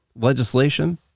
legislation